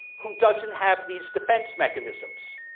who doesn't have these defense mechanisms.